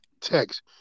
text